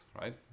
right